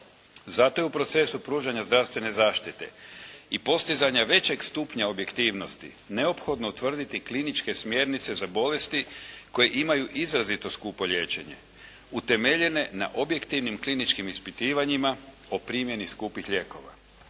Zato je u procesu pružanja zdravstvene zaštite i postizanja većeg stupnja objektivnosti neophodno utvrditi kliničke smjernice za bolesti koje imaju izrazito skupo liječenje utemeljene na objektivnim kliničkim ispitivanjima o primjeni skupih lijekova.